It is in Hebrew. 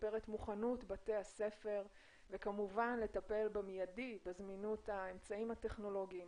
לשפר מוכנות בתי הספר וכמובן לטפל במידי בזמינות האמצעים הטכנולוגיים.